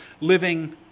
living